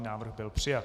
Návrh byl přijat.